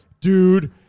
dude